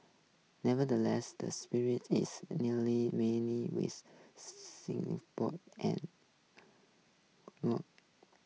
nevertheless the spring is newly many with and